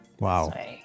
Wow